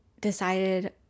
decided